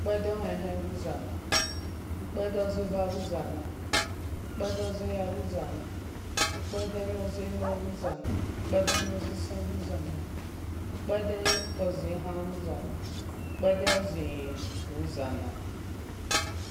Kpede ohen hen bhuzala kpede ozeva bhu zala kpede bho zehar bhu zala ukpede nor zelen bhu zala kpede nor zisen bhu zala ukpede oze han bhuzala ukped bho ze hion bhu zula.